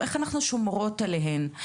איך אנחנו שומרות עליהן.